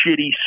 shitty